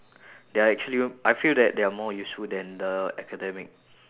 they're actually I feel that they are more useful than the academic